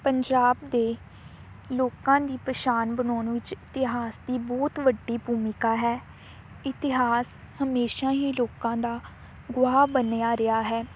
ਪੰਜਾਬ ਦੇ ਲੋਕਾਂ ਦੀ ਪਹਿਚਾਣ ਬਣਾਉਣ ਵਿੱਚ ਇਤਿਹਾਸ ਦੀ ਬਹੁਤ ਵੱਡੀ ਭੂਮਿਕਾ ਹੈ ਇਤਿਹਾਸ ਹਮੇਸ਼ਾ ਹੀ ਲੋਕਾਂ ਦਾ ਗਵਾਹ ਬਣਿਆ ਰਿਹਾ ਹੈ